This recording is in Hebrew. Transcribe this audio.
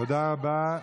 תודה רבה.